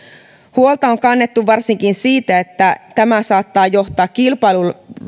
huolta on kannettu varsinkin siitä että tämä saattaa johtaa